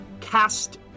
cast